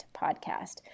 Podcast